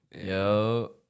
yo